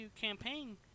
campaign